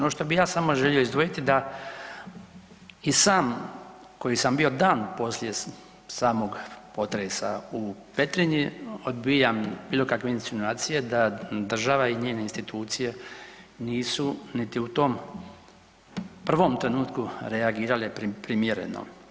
No što bi ja samo želio izdvojiti da i sam koji sam bio dan poslije samog potresa u Petrinji odbijam bilo kakve insinuacije da država i njene institucije nisu niti u tom prvom trenutku reagirale primjereno.